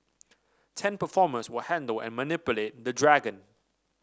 ten performers will handle and manipulate the dragon